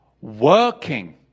working